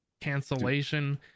cancellation